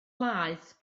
laeth